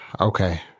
okay